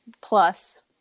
plus